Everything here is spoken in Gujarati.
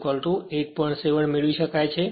7 મેળવી શકાય છે